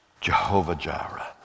Jehovah-Jireh